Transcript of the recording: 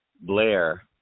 Blair